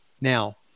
Now